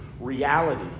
reality